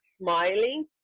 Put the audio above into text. smiling